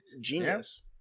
genius